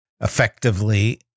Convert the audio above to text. effectively